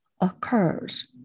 occurs